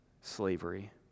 slavery